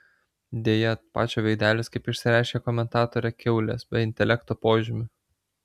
deja pačio veidelis kaip išsireiškė komentatorė kiaulės be intelekto požymių